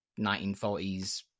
1940s